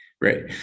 right